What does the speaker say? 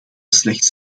slechts